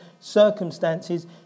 circumstances